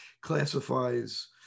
classifies